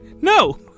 No